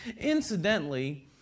Incidentally